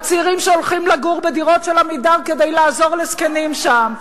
הצעירים שהולכים לגור בדירות של "עמידר" כדי לעזור לזקנים שם,